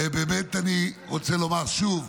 ובאמת אני רוצה לומר שוב,